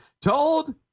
told